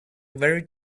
very